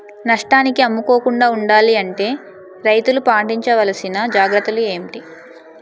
నష్టానికి అమ్ముకోకుండా ఉండాలి అంటే రైతులు పాటించవలిసిన జాగ్రత్తలు ఏంటి